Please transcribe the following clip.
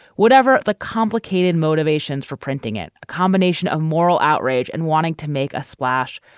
whatever the complicated motivations for printing it. a combination of moral outrage and wanting to make a splash.